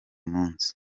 munsi